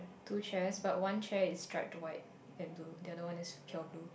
two chairs but one chair is striped white and blue the other one is pure blue